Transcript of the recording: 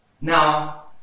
Now